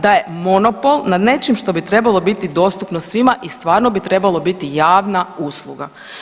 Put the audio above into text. Da je monopol nad nečim što bi trebalo biti dostupno svima i stvarno bi trebalo biti javna usluga.